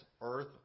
earth